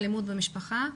אלימות במשפחה,